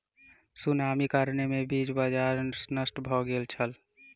सुनामीक कारणेँ बीज बाजार नष्ट भ गेल छल